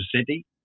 City